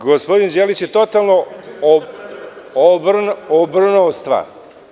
Gospodin Đelić je totalno obrnuo stvar.